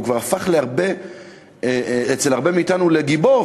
הוא כבר הפך אצל הרבה מאתנו לגיבור.